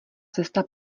cesta